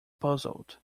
puzzled